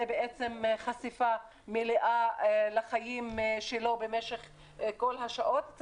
זה בעצם חשיפה מלאה לחיים שלו במשך כל השעות.